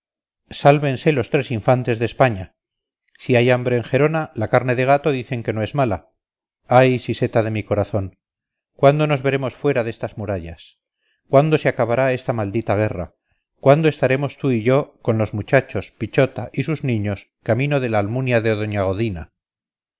sálvense los tres infantes de españa si hay hambre en gerona la carne de gato dicen que no es mala ay siseta de mi corazón cuándo nos veremos fuera de estas murallas cuándo se acabará esta maldita guerra cuándo estaremos tú y yo con los muchachos pichota y sus niños camino de la almunia de doña godina